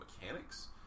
mechanics